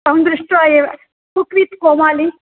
तं दृष्ट्वा एव कुक्रीस् कोमालि